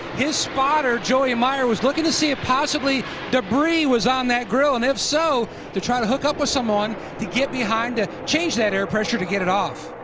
his spotter joey mire was looking to see if possibly debris was on that grill, and if so, try to hook up with someone to get behind to change that air pressure to get it off.